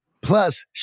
Plus